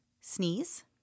Sneeze